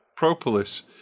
Propolis